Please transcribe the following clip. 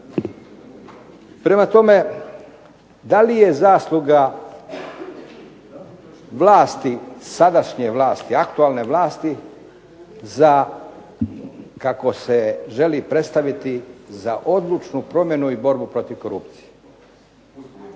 Prema tome, da li je zasluga vlasti, sadašnje vlasti, aktualne vlasti za kako se želi predstaviti za odlučnu promjenu i borbu protiv korupcije.